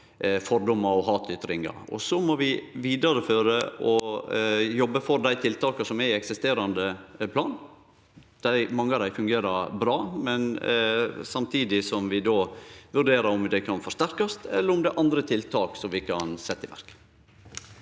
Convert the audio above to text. fordommar og hatytringar. Så må vi vidareføre og jobbe for tiltaka i den eksisterande planen – mange av dei fungerer bra – samtidig som vi vurderer om dei kan forsterkast, eller om det er andre tiltak vi kan setje i verk.